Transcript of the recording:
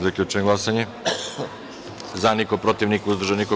Zaključujem glasanje: za – niko, protiv – niko, uzdržanih – nema.